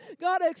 God